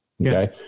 Okay